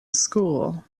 school